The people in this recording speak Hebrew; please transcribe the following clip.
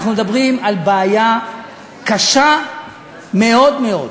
אנחנו מדברים על בעיה קשה מאוד מאוד.